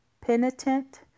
penitent